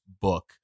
book